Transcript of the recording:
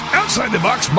outside-the-box